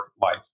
life